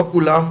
לא כולם,